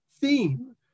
theme